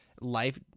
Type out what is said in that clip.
life